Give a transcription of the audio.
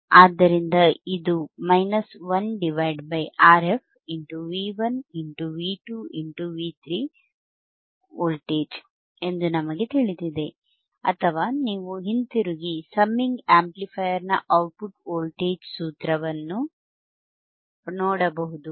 ಆದ್ದರಿಂದ ಇದು minus 1 Rf V1 V 2 V 3 voltage ಎಂದು ನಮಗೆ ತಿಳಿದಿದೆ ಅಥವಾ ನೀವು ಹಿಂತಿರುಗಿ ಸಮ್ಮಿಂಗ್ ಆಂಪ್ಲಿಫೈಯರ್ನ ಔಟ್ಪುಟ್ ವೋಲ್ಟೇಜ್ ಸೂತ್ರವನ್ನು ನೋಡಬಹುದು